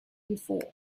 before